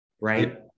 right